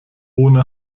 ohne